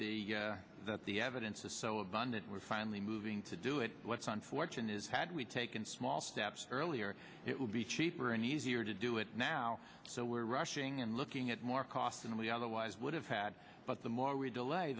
the that the evidence is so abundant we're finally moving to do it what's unfortunate is had we taken small steps earlier it would be cheaper and easier to do it now so we're rushing and looking at more cost than we otherwise would have had but the more we delay